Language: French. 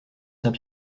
saint